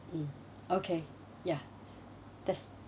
mm okay ya that's